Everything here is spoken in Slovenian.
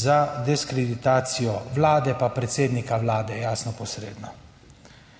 za diskreditacijo Vlade pa predsednika Vlade, jasno, posredno,